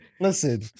Listen